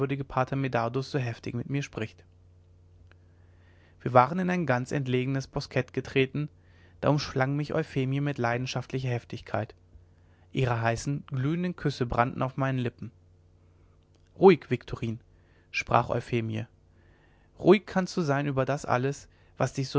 pater medardus so heftig mit mir spricht wir waren in ein ganz entlegenes boskett getreten da umschlang mich euphemie mit leidenschaftlicher heftigkeit ihre heißen glühenden küsse brannten auf meinen lippen ruhig viktorin sprach euphemie ruhig kannst du sein über das alles was dich